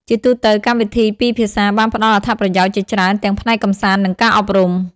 ជាទូទៅ កម្មវិធីពីរភាសាបានផ្តល់អត្ថប្រយោជន៍ជាច្រើនទាំងផ្នែកកម្សាន្តនិងការអប់រំ។